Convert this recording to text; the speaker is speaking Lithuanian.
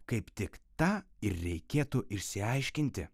kaip tik tą ir reikėtų išsiaiškinti